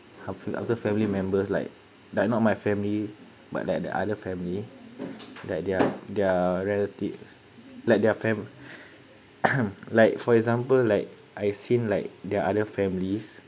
other family members like like not my family but that the other family that their their relative like their fam~ like for example like I seen like there are other families